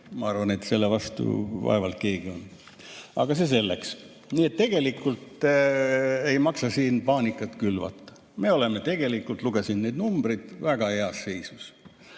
Ma arvan, et selle vastu vaevalt keegi on. Aga see selleks. Nii et ei maksa siin paanikat külvata. Me oleme tegelikult – ma lugesin neid numbreid – väga heas seisus.